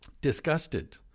Disgusted